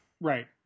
Right